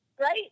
right